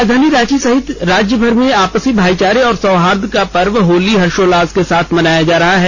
राजधानी रांची सहित राज्यभर में आपसी भाईचारे और सौहार्द का पर्व होली हर्षोल्लास के साथ मनाया जा रहा है